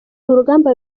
urugamba